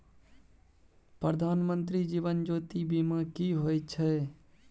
प्रधानमंत्री जीवन ज्योती बीमा की होय छै?